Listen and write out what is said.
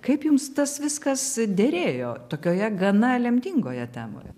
kaip jums tas viskas derėjo tokioje gana lemtingoje temoje